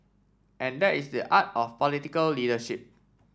and that is the art of political leadership